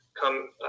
come